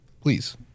please